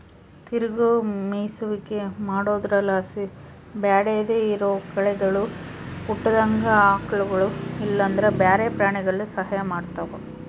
ತಿರುಗೋ ಮೇಯಿಸುವಿಕೆ ಮಾಡೊದ್ರುಲಾಸಿ ಬ್ಯಾಡದೇ ಇರೋ ಕಳೆಗುಳು ಹುಟ್ಟುದಂಗ ಆಕಳುಗುಳು ಇಲ್ಲಂದ್ರ ಬ್ಯಾರೆ ಪ್ರಾಣಿಗುಳು ಸಹಾಯ ಮಾಡ್ತವ